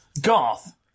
Garth